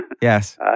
Yes